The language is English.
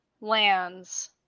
lands